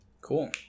Cool